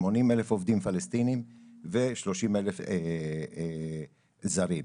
80,000 עובדים פלסטיניים ו-30,000 זרים.